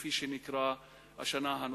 כפי שהוא נקרא בשנה הנוכחית.